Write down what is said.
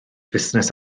fusnes